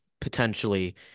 potentially